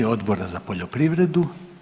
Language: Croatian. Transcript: Odbora za poljoprivredu.